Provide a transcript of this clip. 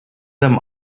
them